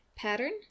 pattern